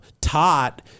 taught